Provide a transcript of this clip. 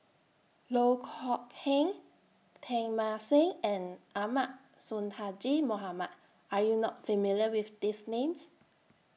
Loh Kok Heng Teng Mah Seng and Ahmad Sonhadji Mohamad Are YOU not familiar with These Names